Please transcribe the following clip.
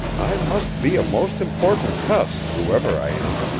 i must be a most important cuss, whoever i am.